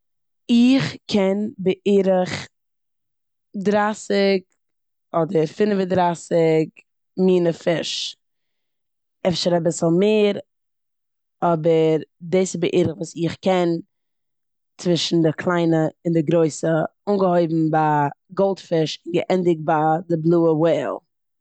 איך קען בערך דרייסיג אדער פינף און דרייסיג מינע פיש, אפשר אביסל מער, אבער דאס איז בערך וואס איך קען צווישן די קליינע און די גרויסע. אנגעהויבן ביי די גאלדפיש און געענדיגט ביי די בלויע וועל.